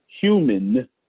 human